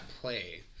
play